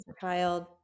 child